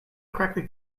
correctly